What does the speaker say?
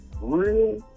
real